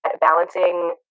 balancing